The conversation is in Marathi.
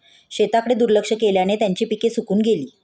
शेताकडे दुर्लक्ष केल्याने त्यांची पिके सुकून गेली